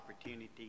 opportunity